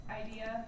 idea